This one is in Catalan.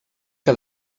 que